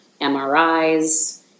MRIs